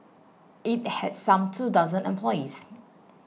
it had some two dozen employees